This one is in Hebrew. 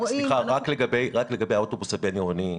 לגבי האוטובוס הבין עירוני,